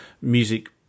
music